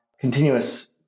continuous